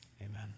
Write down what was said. amen